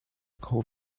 kho